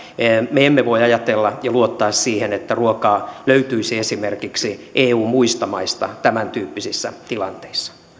me emme voi ajatella ja luottaa siihen että ruokaa löytyisi esimerkiksi eun muista maista tämäntyyppisissä tilanteissa